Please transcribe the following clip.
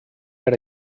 per